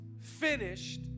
finished